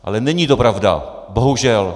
Ale není to pravda bohužel.